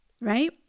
Right